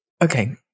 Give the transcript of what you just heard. Okay